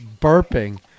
burping